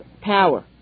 power